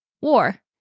War